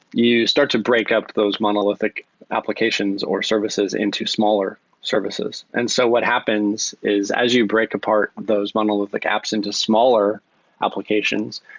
you start to break up those monolithic applications or services into smaller services. and so what happens is as you break apart those monolithic apps into smaller applications,